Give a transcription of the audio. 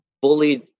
bullied